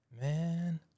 man